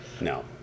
No